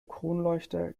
kronleuchter